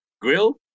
grill